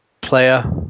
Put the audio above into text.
player